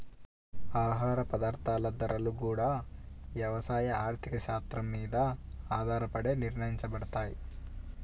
ఆహార పదార్థాల ధరలు గూడా యవసాయ ఆర్థిక శాత్రం మీద ఆధారపడే నిర్ణయించబడతయ్